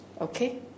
Okay